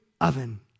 oven